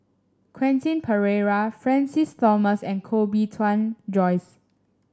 Quentin Pereira Francis Thomas and Koh Bee Tuan Joyce